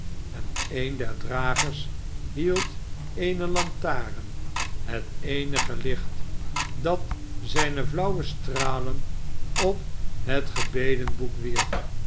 en een der dragers hield eene lantaren het eenige licht dat zijne flauwe stralen op het gebedenboek wierp